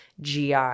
GI